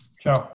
Ciao